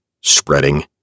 spreading